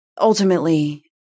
ultimately